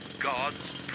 God's